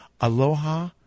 Aloha